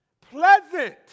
pleasant